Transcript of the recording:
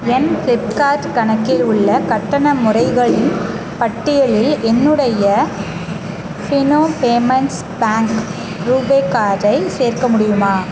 என் Flipkart கணக்கில் உள்ள கட்டண முறைகளின் பட்டியலில் என்னுடைய ஃபினோ பேமெண்ட்ஸ் பேங்க் ரூபே கார்டை சேர்க்க முடியுமா